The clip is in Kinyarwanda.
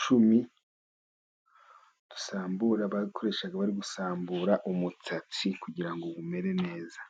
cumi dusambura. Bakoresha bari gusambura umutsatsi kugira ngo umere neza.